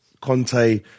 Conte